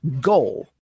goal